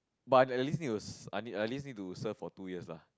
but at least you at least at least you do serve for two years lah